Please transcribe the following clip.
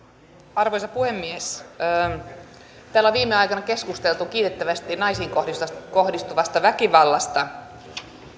arvoisa puhemies täällä on viime aikoina keskusteltu kiitettävästi naisiin kohdistuvasta väkivallasta